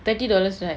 thirty dollars right